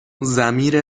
ضمیر